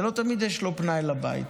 ולא תמיד יש לו פנאי לבית.